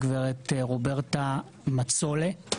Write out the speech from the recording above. הגברת רוברטה מצולה,